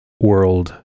World